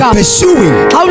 pursuing